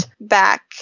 back